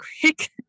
quick